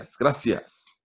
gracias